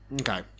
Okay